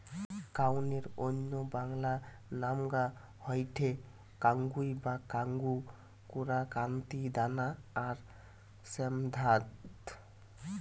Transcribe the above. কাউনের অন্য বাংলা নামগা হয়ঠে কাঙ্গুই বা কাঙ্গু, কোরা, কান্তি, দানা আর শ্যামধাত